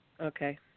Okay